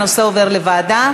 הנושא עובר לוועדה.